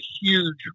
huge